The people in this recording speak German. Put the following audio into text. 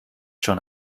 schon